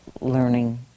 learning